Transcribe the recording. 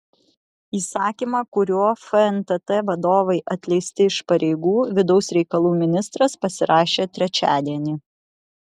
įsakymą kuriuo fntt vadovai atleisti iš pareigų vidaus reikalų ministras pasirašė trečiadienį